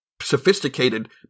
sophisticated